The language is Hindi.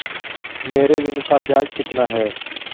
मेरे ऋण का ब्याज कितना है?